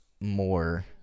more